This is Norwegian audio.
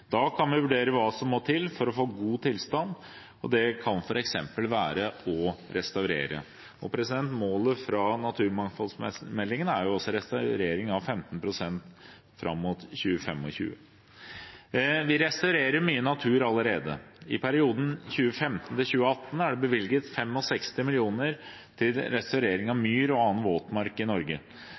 Da kan vi vurdere hva som må til for å få god tilstand. Det kan f.eks. være å restaurere. Målet i naturmangfoldmeldingen er å restaurere 15 pst. fram mot 2025. Vi restaurerer mye natur allerede. I perioden 2015–2018 er det bevilget 65 mill. kr til restaurering av myr og annen våtmark i Norge.